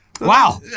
Wow